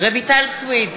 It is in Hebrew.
רויטל סויד,